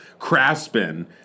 Craspin